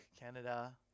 Canada